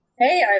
Hey